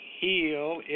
heal